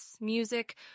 music